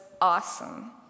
awesome